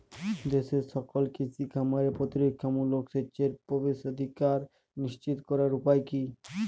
দেশের সকল কৃষি খামারে প্রতিরক্ষামূলক সেচের প্রবেশাধিকার নিশ্চিত করার উপায় কি?